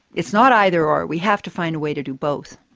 it's not either or, we have to find a way to do both.